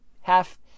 half